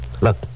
Look